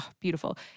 Beautiful